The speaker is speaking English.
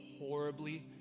horribly